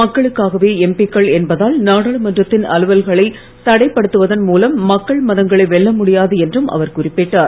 மக்களுக்காகவே எம்பிக்கள் என்பதால் நாடாளுமன்றத்தின் அலுவல்களை தடை படுத்துவதன் மூலம் மக்கள் மனங்களை வெல்ல முடியாது என்றும் அவர் குறிப்பிட்டார்